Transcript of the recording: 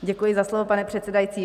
Děkuji za slovo, pane předsedající.